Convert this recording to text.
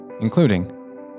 including